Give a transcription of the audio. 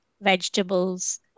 vegetables